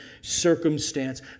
circumstance